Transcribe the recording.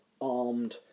armed